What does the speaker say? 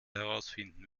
herausfinden